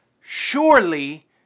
Surely